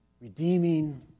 redeeming